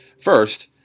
First